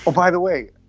by the way,